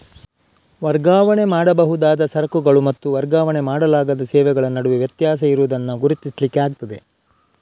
ವರ್ಗಾವಣೆ ಮಾಡಬಹುದಾದ ಸರಕುಗಳು ಮತ್ತೆ ವರ್ಗಾವಣೆ ಮಾಡಲಾಗದ ಸೇವೆಗಳ ನಡುವೆ ವ್ಯತ್ಯಾಸ ಇರುದನ್ನ ಗುರುತಿಸ್ಲಿಕ್ಕೆ ಆಗ್ತದೆ